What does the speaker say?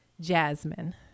Jasmine